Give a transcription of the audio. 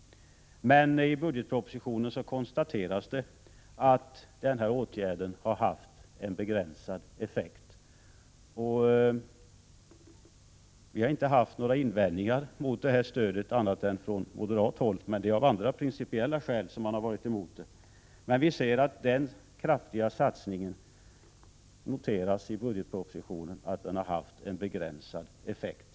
Men i budgetpropositionen konstateras att denna åtgärd haft begränsad effekt. Vi Prot. 1986/87:105 har inte hört några invändningar mot det här stödet annat än från moderat — 9 april 1987 håll, men det är av andra, principiella skäl som moderaterna varit emot det. ' Vi ser att det i budgetpropositionen noteras att denna kraftiga satsning haft begränsad effekt.